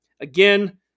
again